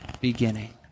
beginning